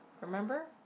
Remember